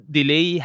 delay